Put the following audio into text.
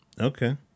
Okay